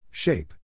Shape